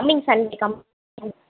coming Sunday coming